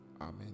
Amen